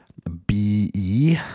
b-e